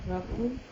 berapa